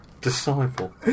Disciple